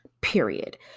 Period